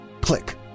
Click